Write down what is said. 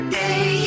day